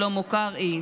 שלמה קרעי,